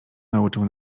nauczył